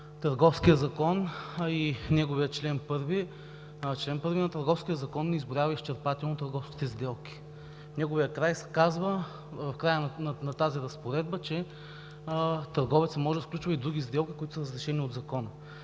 Търговския закон и неговия чл. 1. Член 1 на Търговския закон не изброява изчерпателно търговските сделки. В неговия край, в края на тази разпоредба, се казва, че търговецът може да сключва и други сделки, които са разрешени от Закона.